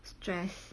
stress